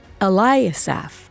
Eliasaph